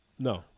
No